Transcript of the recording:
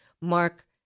Mark